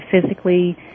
physically